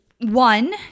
one